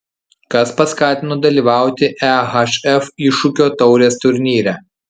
kas paskatino dalyvauti ehf iššūkio taurės turnyre